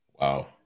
Wow